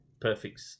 perfect